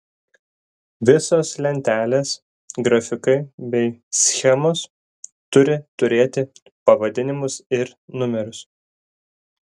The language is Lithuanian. visos lentelės grafikai bei schemos turi turėti pavadinimus ir numerius